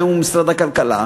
היום הוא משרד הכלכלה,